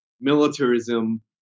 militarism